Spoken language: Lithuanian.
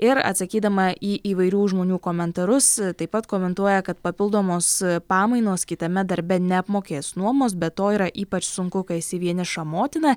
ir atsakydama į įvairių žmonių komentarus taip pat komentuoja kad papildomos pamainos kitame darbe neapmokės nuomos be to yra ypač sunku kai esi vieniša motina